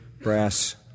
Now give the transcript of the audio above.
brass